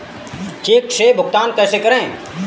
Check से भुगतान कैसे करें?